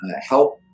help